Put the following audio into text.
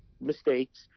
mistakes